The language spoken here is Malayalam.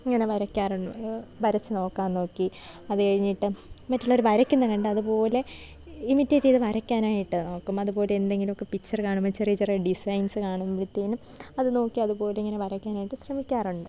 ഇങ്ങനെ വരയ്ക്കാൻ വരച്ച് നോക്കാൻ നോക്കി അത് കഴിഞ്ഞിട്ട് മറ്റുള്ളവർ വരക്കുന്നത് കണ്ട് അത്പോലെ ഇമിറ്റേറ്റ് ചെയ്ത് വരക്കാനായിട്ട് നോക്കും അത്പോലെ എന്തെങ്കിലുമൊക്കെ പിച്ചറ് കാണുമ്പോൾ ചെറിയ ചെറിയ ഡിസൈൻസ് കാണുമ്പോഴ്ത്തേനും അത് നോക്കി അത്പോലിങ്ങനെ വരക്കാനായിട്ട് ശ്രമിക്കാറുണ്ട്